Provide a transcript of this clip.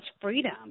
freedom